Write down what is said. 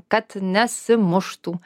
kad nesimuštų